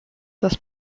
das